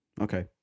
Okay